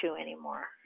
anymore